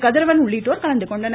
கதிரவன் உள்ளிட்டோர் கலந்து கொண்டனர்